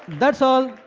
that's all.